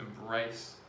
embrace